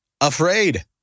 afraid